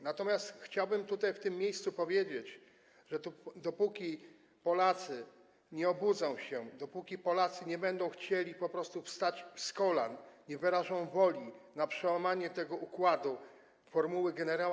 Natomiast chciałbym w tym miejscu powiedzieć, że dopóki Polacy nie obudzą się, dopóki Polacy nie będą chcieli po prostu wstać z kolan, nie wyrażą woli przełamania tego układu, formuły gen.